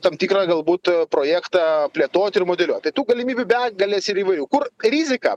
tam tikrą galbūt projektą plėtot ir modeliuot tai tų galimybių begalės ir įvairių kur rizika